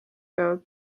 peavad